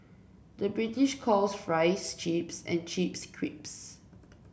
the British calls fries chips and chips crisps